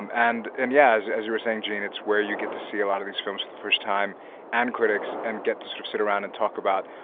and and yeah, as as you were saying, gene, it's where you get to see a lot of these films for the first time and critics and get to sort of sit around and talk about